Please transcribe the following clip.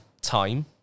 time